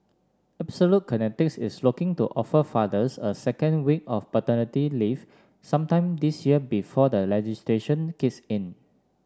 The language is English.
Absolute Kinetics is looking to offer fathers a second week of paternity leave sometime this year before legislation kicks in